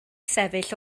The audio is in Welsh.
sefyll